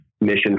mission